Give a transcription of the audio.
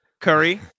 Curry